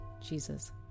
Jesus